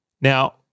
Now